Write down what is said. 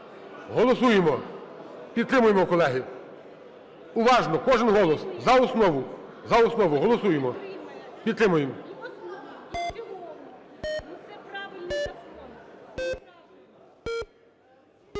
Голосуємо. Підтримуємо, колеги. Уважно! Кожен голос! За основу голосуємо. Підтримуємо.